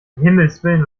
himmelswillen